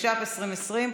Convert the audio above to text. התש"ף 2020,